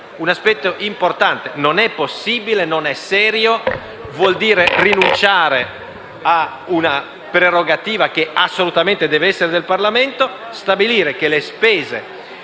un aspetto importante. Non è possibile, non è serio (vuol dire rinunciare a una prerogativa che assolutamente deve essere del Parlamento) stabilire che, mentre